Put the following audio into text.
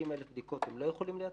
60,000 בדיקות הם לא יכולים לייצר.